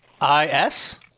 I-S